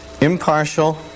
impartial